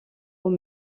aux